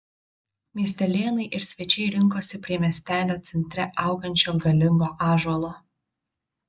miestelėnai ir svečiai rinkosi prie miestelio centre augančio galingo ąžuolo